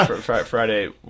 Friday